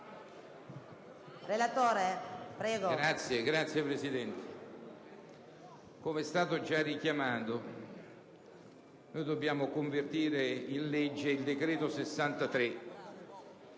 Signora Presidente, come è stato già richiamato, noi dobbiamo convertire in legge il decreto-legge